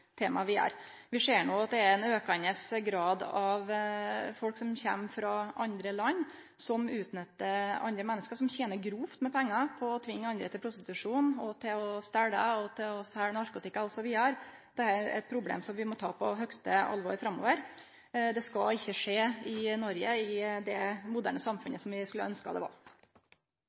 Vi ser no at det i aukande grad kjem folk frå andre land som utnyttar andre menneske, og som tener grovt med pengar på å tvinge andre til prostitusjon, til å stele, til å selje narkotika osv. Dette er eit problem som vi må ta på høgste alvor framover. Det skal ikkje skje i Noreg i det moderne samfunnet som vi skulle ønskje det var.